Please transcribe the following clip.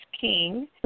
King